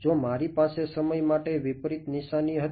જો મારી પાસે સમય માટે વિપરીત નિશાની હતી